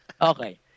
Okay